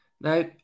Now